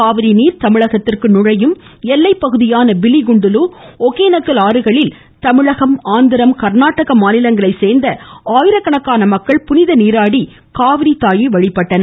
காவிரி நீர் தமிழகத்திற்கு நுழையும் எல்லைப்பகுதியான பிலிகுண்டுலு ஒகேனக்கல் அறுகளில் தமிழகம் ஆந்திரா காநாடகா மாநிலங்களைச் சேர்ந்த ஆயிரக்கணக்கான மக்கள் புனித நீராடி காவிரி தாயை வழிபட்டனர்